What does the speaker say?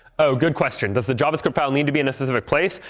oh, good question. does the javascript file need to be in a specific place?